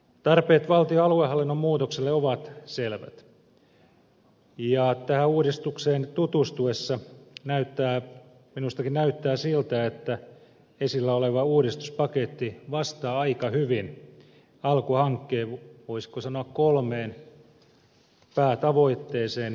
tarpeet valtion aluehallinnon muutokseen ovat selvät ja tähän uudistukseen tutustuessa minustakin näyttää siltä että esillä oleva uudistuspaketti vastaa aika hyvin alkuhankkeen voisiko sanoa kolmeen päätavoitteeseen